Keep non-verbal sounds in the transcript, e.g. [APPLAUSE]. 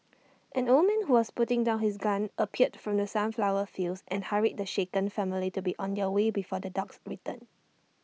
[NOISE] an old man who was putting down his gun appeared from the sunflower fields and hurried the shaken family to be on their way before the dogs return